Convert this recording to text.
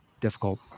difficult